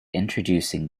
introducing